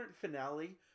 finale